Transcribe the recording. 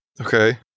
Okay